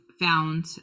found